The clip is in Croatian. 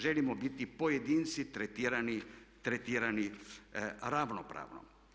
Želimo biti pojedinci tretirani ravnopravno.